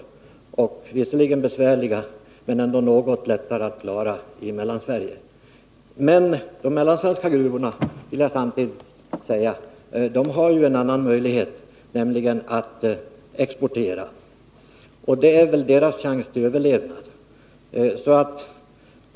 Problemen är visserligen besvärliga men ändå något lättare att klara i Mellansverige. Jag vill samtidigt säga att de mellansvenska gruvorna har en annan möjlighet, nämligen att exportera. Det är väl deras chans till överlevnad.